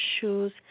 shoes